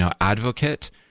advocate